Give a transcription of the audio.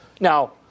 Now